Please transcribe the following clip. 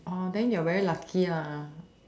oh then you are very lucky lah